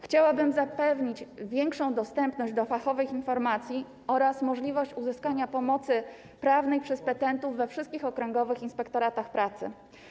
Chciałabym zapewnić większy dostęp do fachowych informacji oraz możliwość uzyskania pomocy prawnej przez petentów we wszystkich okręgowych inspektoratach pracy.